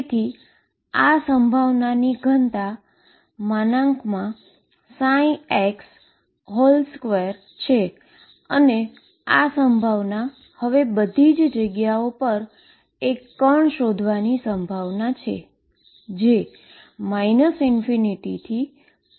તેથી આ probability density ψ2 છે અને આ પ્રોબેબીલીટી હવે બધી જગ્યાઓ પર એક પાર્ટીકલ શોધવાની પ્રોબેબીલીટી છે